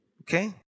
okay